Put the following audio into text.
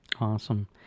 Awesome